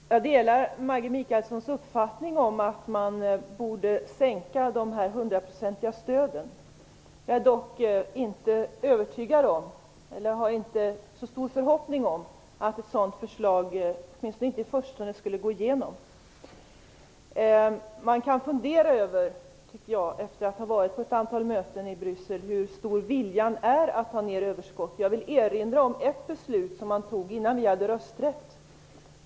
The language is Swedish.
Herr talman! Jag delar Maggi Mikaelssons uppfattning att man borde sänka de hundraprocentiga stöden. Jag hyser dock inte så stor förhoppning om att ett sådant förslag, åtminstone i förstone, skulle gå igenom. Efter att ha varit på ett antal möten i Bryssel kan man fundera över hur stor viljan är att ta ned överskott. Jag vill erinra om ett beslut som fattades innan vi hade rösträtt.